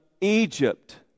Egypt